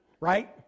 right